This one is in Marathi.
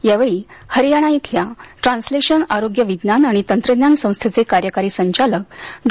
यावेळी हरियाणा येथील ट्रान्सलेशन आरोग्य विज्ञान आणि तंत्र ज्ञान संस्थेचे कार्यकारी संचालक डॉ